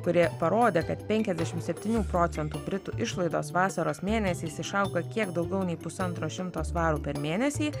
kuri parodė kad penkiasdešimt septynių procentų britų išlaidos vasaros mėnesiais išaugo kiek daugiau nei pusantro šimto svarų per mėnesį